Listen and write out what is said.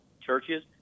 Churches